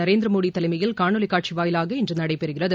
நரேந்திரமோடி தலைமையில் காணொலி காட்சி வாயிலாக இன்று நடைபெறுகிறது